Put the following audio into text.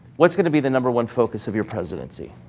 what's going to be the number one focus of your presidency?